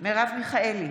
מרב מיכאלי,